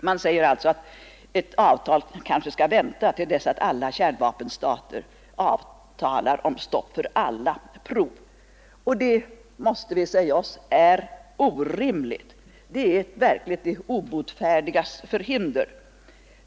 Man säger alltså att avtalet bör anstå tills alla kärnvapenstater avtalar om stopp för alla prov. Vi måste säga oss att detta är orimligt. Det är de obotfärdigas förhinder.